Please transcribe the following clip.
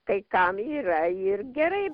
kai kam yra ir gerai